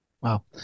wow